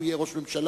הוא יהיה ראש ממשלה.